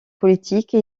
politique